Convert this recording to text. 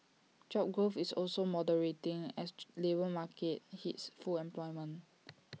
job growth is also moderating as the labour market hits full employment